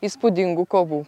įspūdingų kovų